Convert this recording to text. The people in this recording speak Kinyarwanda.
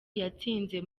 yatsinze